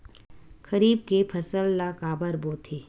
खरीफ के फसल ला काबर बोथे?